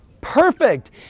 perfect